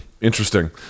Interesting